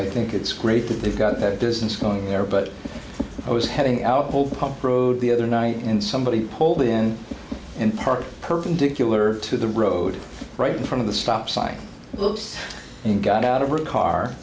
i think it's great that they've got that business going there but i was heading out the public road the other night and somebody pulled in and parked perpendicular to the road right in front of the stop sign and got out of her car